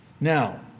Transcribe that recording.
Now